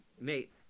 nate